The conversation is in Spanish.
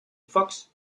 fox